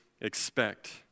expect